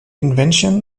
invention